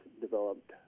developed